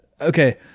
Okay